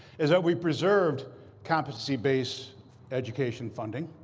is that we preserved competency-based education funding.